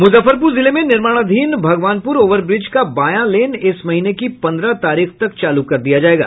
मुजफ्फरपुर जिले में निर्माणाधीन भगवानपुर ओवरब्रिज का बायां लेन इस महीने की पंद्रह तारीख तक चालू कर दिया जायेगा